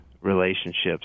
relationships